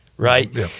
Right